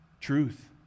Truth